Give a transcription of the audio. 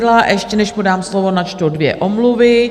A ještě než mu dám slovo, načtu dvě omluvy.